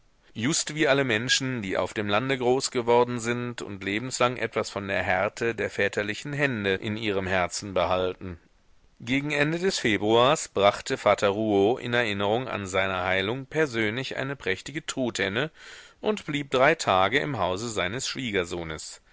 just wie alle menschen die auf dem lande groß geworden sind und lebenslang etwas von der härte der väterlichen hände in ihrem herzen behalten gegen ende des februars brachte vater rouault in erinnerung an seine heilung persönlich eine prächtige truthenne und blieb drei tage im hause seines schwiegersohnes